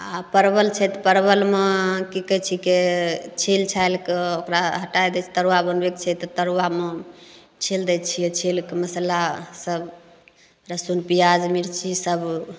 आओर परवल छै तऽ परवलमे कि कहै छिकै छीलि छालिके ओकरा हटै दै छिए तरुआ बनबैके छै तऽ तरुआमे छीलि दै छिए छीलिके मसल्लासब लहसुन पिआज मिरचीसब